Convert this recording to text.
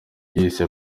yise